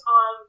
on